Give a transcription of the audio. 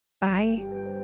Bye